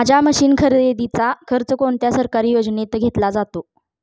माझ्या मशीन खरेदीचा खर्च कोणत्या सरकारी योजनेत घेतला जातो?